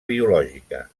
biològica